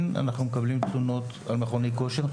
אנחנו כן מקבלים תלונות על מכוני כושר.